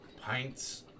pints